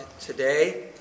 today